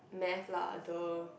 Math lah duh